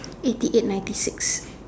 eighty eight ninety six